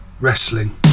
Wrestling